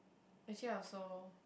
actually I also